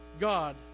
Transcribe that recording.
God